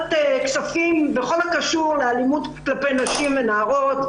כספים בכל הקשור לאלימות כלפי נשים ונערות,